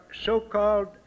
so-called